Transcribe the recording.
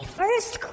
first